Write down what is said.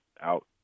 out